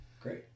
Great